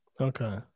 okay